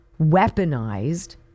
weaponized